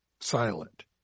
silent